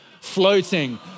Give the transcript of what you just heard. floating